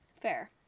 Fair